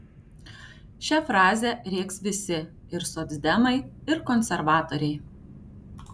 šią frazę rėks visi ir socdemai ir konservatoriai